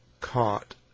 caught